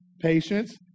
patience